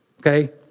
okay